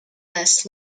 less